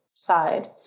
side